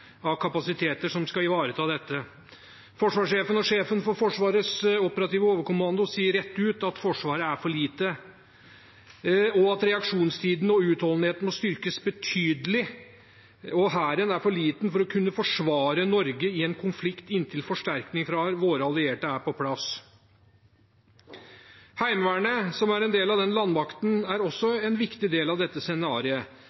av kapasiteter som skal ivareta dette. Forsvarssjefen og sjefen for Forsvarets operative overkommando sier rett ut at Forsvaret er for lite, og at reaksjonstiden og utholdenheten må styrkes betydelig, og Hæren er for liten til å kunne forsvare Norge i en konflikt inntil forsterkning fra våre allierte er på plass. Heimevernet, som er en del av den landmakten, er